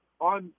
on